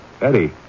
Eddie